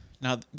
Now